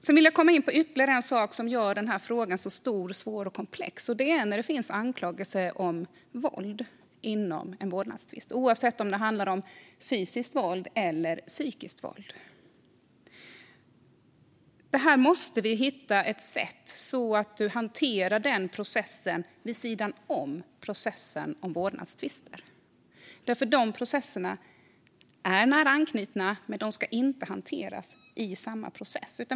Jag vill komma in på ytterligare en sak som gör den här frågan så stor, svår och komplex som den är, och det är när det finns anklagelser om våld i en vårdnadstvist - oavsett om det handlar om fysiskt eller psykiskt våld. Vi måste hitta ett sätt så att den processen hanteras vid sidan om processen om vårdnadstvister. De processerna är nära anknutna, men de ska inte hanteras tillsammans.